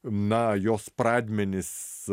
na jos pradmenis